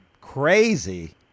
crazy